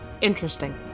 Interesting